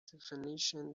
definition